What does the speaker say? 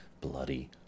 bloody